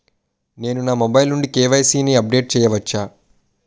నేను నా మొబైల్ నుండి కే.వై.సీ ని అప్డేట్ చేయవచ్చా?